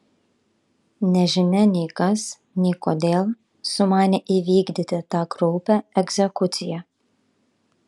nežinia nei kas nei kodėl sumanė įvykdyti tą kraupią egzekuciją